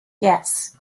yes